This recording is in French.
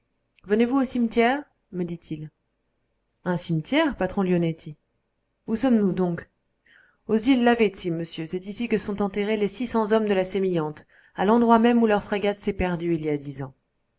venez-vous au cimetière me dit-il un cimetière patron lionetti où sommes-nous donc aux îles lavezzi monsieur c'est ici que sont enterrés les six cents hommes de la sémillante à l'endroit même où leur frégate s'est perdue il y a dix ans